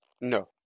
No